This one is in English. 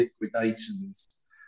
liquidations